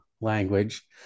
language